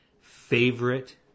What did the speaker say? favorite